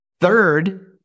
Third